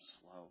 slow